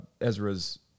Ezra's